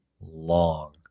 Long